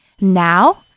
Now